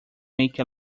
make